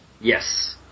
Yes